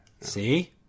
See